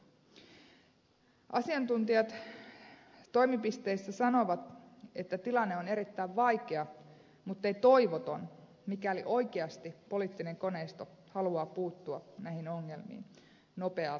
asiantuntijat toimipisteissä sanovat että tilanne on erittäin vaikea muttei toivoton mikäli oikeasti poliittinen koneisto haluaa puuttua näihin ongelmiin nopeaan tahtiin